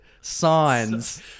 Signs